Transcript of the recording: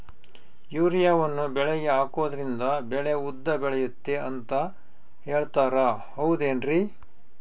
ಯೂರಿಯಾವನ್ನು ಬೆಳೆಗೆ ಹಾಕೋದ್ರಿಂದ ಬೆಳೆ ಉದ್ದ ಬೆಳೆಯುತ್ತೆ ಅಂತ ಹೇಳ್ತಾರ ಹೌದೇನ್ರಿ?